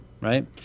right